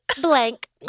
blank